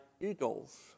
eagles